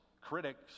critics